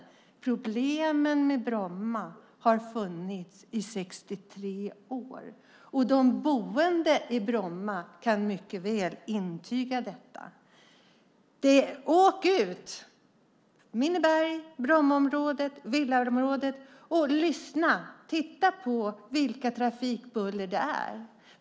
Men problemen med Bromma har funnits i 63 år, och de boende i Bromma kan mycket väl intyga detta. Åk ut till Minneberg, Brommaområdet och villaområdet och lyssna på vilket trafikbuller det är!